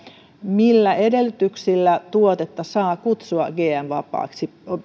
millä edellytyksillä tuotetta saa kutsua gm vapaaksi